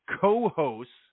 co-hosts